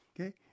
okay